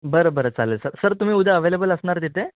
बरं बरं चालेल सर सर तुम्ही उद्या अवेलेबल असणार तिथे